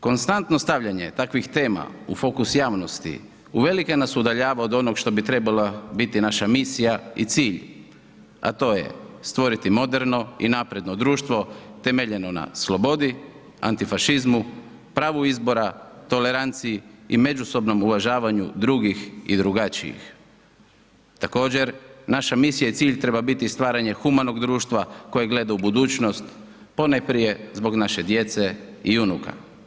Konstantno stavljanje takvih tema u fokus javnost u velike nas udaljava od onog što bi trebala biti naša misija i cilj, a to je stvoriti moderno i napredno društvo temeljeno na slobodi, antifašizmu, pravu izbora, toleranciji i međusobnom uvažavanju drugih i drugačijih, također naša misija i cilj treba biti stvaranje humanog društva koje gleda u budućnost ponajprije zbog naše djece i unuka.